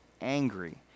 angry